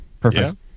Perfect